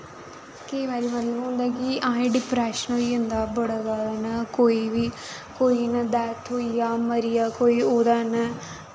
केईं बारी मतलब होंदा कि अहें डिप्रैशन होई जंदा बड़ा जादा कोई बी कोई इ'यां डैथ होई जा मरी जा कोई ओह्दा इ'यां